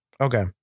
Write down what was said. Okay